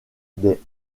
des